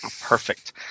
Perfect